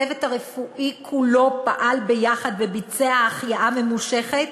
הצוות הרפואי כולו פעל ביחד וביצע החייאה ממושכת,